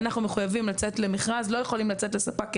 אנחנו מחויבים לצאת למכרז ולא יכולים לצאת לספק יחיד.